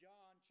John